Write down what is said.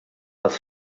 els